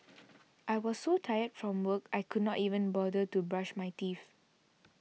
I was so tired from work I could not even bother to brush my teeth